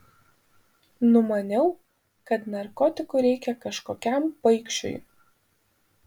numaniau kad narkotikų reikia kažkokiam paikšiui